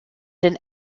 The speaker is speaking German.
den